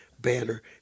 banner